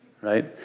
right